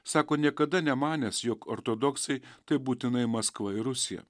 sako niekada nemanęs jog ortodoksai tai būtinai maskva ir rusija